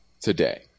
today